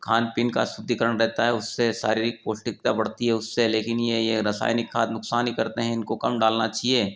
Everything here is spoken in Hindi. खान पीन का शुद्धीकरण रहता है उससे शारीरिक पौष्टिकता बढ़ती हे उससे लेकिन ये यह रासायनिक खाद नुकसान ही करते हें इनको कम डालना चाहिए